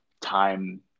time